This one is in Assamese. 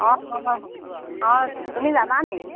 অঁ অঁ অঁ তুমি যাবানি